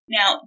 Now